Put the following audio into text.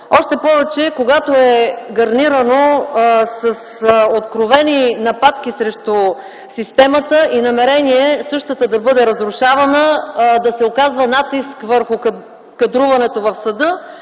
още повече, когато е гарнирано с откровени нападки срещу системата и намерение същата да бъде разрушавана, да се оказва натиск върху кадруването в съда,